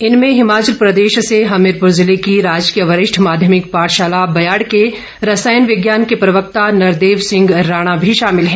इनमें हिमाचल प्रदेश से हर्मीरपुर जिले की राजकीय वरिष्ठ माध्यमिक पाठशाला ब्याड़ के रसायन विज्ञान के प्रवक्ता नरदेव सिंह राणा भी शामिल हैं